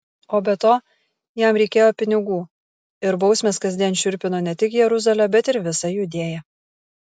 o be to jam reikėjo pinigų ir bausmės kasdien šiurpino ne tik jeruzalę bet ir visą judėją